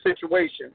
situation